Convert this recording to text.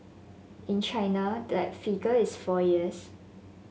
in China that figure is four years